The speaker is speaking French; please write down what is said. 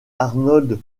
arnold